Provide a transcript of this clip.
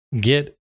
get